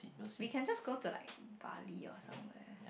we can just go to like Bali or somewhere